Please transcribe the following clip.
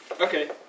Okay